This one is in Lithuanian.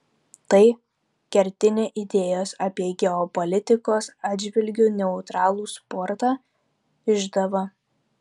tai kertinė idėjos apie geopolitikos atžvilgiu neutralų sportą išdava